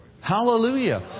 Hallelujah